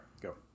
go